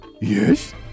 Yes